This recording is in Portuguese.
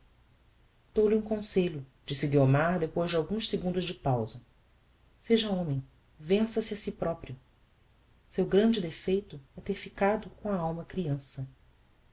dou-lhe um conselho disse guiomar depois de alguns segundos de pausa seja homem vença se a si proprio seu grande defeito é ter ficado com a alma creança